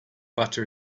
butter